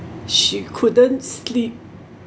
she couldn't sleep